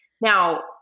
Now